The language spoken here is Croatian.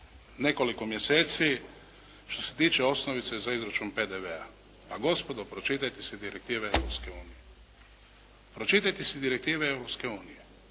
nekoliko mjeseci što se tiče osnovice za izračun PDV-a. Pa gospodo, pročitajte si direktive Europske unije. Pročitajte si direktive